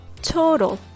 total